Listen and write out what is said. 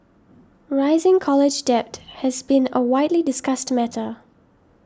rising college debt has been a widely discussed matter